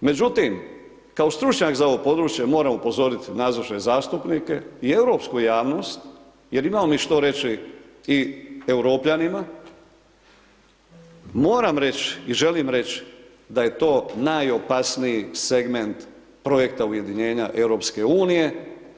Međutim, kao stručnjak za ovo područje, moram upozorit nazočne zastupnike i europsku javnost, jer imamo mi što reći i Europljanima, moram reći i želim reći, da je to najopasniji segment projekta ujedinjenja Europske unije,